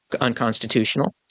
unconstitutional